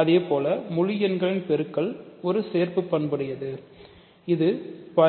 அதேபோல முழு எண்ணின் பெருக்கல் ஒரு சேர்ப்பு பண்புடையது ஆகும்